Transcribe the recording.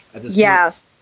yes